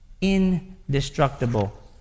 Indestructible